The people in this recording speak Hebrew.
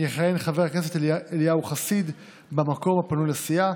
יכהן חבר הכנסת אליהו חסיד במקום הפנוי לסיעה.